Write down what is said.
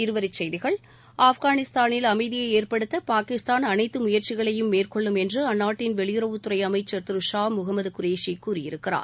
இருவரிச்செய்திகள் ஆப்கானிஸ்தானில் அமைதியை ஏற்படுத்த பாகிஸ்தான் அனைத்து முயற்சிகளையும் மேற்கொள்ளும் என்று அந்நாட்டின் வெளியுறவுத்துறை அமைச்சர் திரு ஷா முகமது குரேஷி கூறியிருக்கிறார்